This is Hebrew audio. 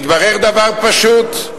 התברר דבר פשוט: